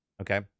okay